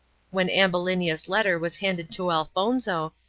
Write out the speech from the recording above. when ambulinia's letter was handed to elfonzo,